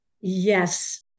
Yes